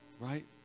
right